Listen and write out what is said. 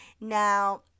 Now